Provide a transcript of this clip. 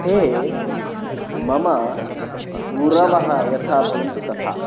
ते मम गुरवः यथा भवन्ति तथा